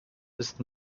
ist